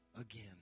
again